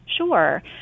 Sure